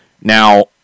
Now